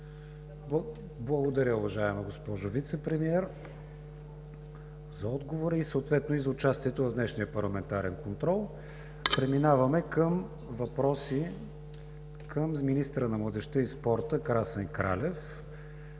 Благодаря, уважаема госпожо Вицепремиер, за отговора, съответно и за участието в днешния парламентарен контрол. Преминаваме към въпроси към министъра на младежта и спорта Красен Кралев.